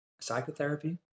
psychotherapy